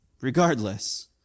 Regardless